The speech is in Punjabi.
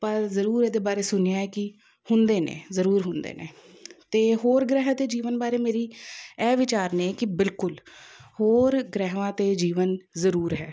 ਪਰ ਜ਼ਰੂਰ ਇਹਦੇ ਬਾਰੇ ਸੁਣਿਆ ਹੈ ਕਿ ਹੁੰਦੇ ਨੇ ਜ਼ਰੂਰ ਹੁੰਦੇ ਨੇ ਅਤੇ ਹੋਰ ਗ੍ਰਹਿਆਂ 'ਤੇ ਜੀਵਨ ਬਾਰੇ ਮੇਰੀ ਇਹ ਵਿਚਾਰ ਨੇ ਕਿ ਬਿਲਕੁਲ ਹੋਰ ਗ੍ਰਹਿਆਂ 'ਤੇ ਜੀਵਨ ਜ਼ਰੂਰ ਹੈ